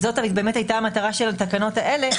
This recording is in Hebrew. אז זאת הייתה המטרה של התקנות האלה